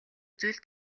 зүйл